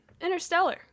Interstellar